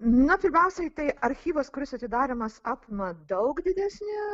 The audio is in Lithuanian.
na pirmiausiai tai archyvas kuris atidaromas apima daug didesnį